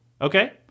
Okay